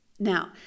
Now